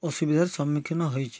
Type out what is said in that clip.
ଅସୁବିଧାର ସମ୍ମୁଖୀନ ହୋଇଛି